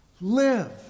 Live